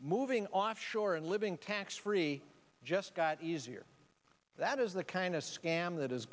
moving offshore and living tax free just got easier that is the kind of scam that is